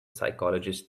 psychologist